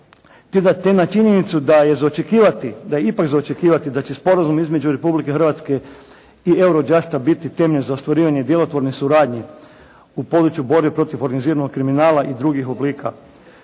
prijedloga te na činjenicu da je ipak za očekivati da će sporazum između Republike Hrvatske i Eurojusta biti temelj za ostvarivanje djelotvorne suradnje u području borbe protiv organiziranog kriminala i drugih oblika,